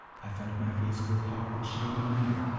i felt my face grow hot with shame and anger,